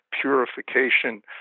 purification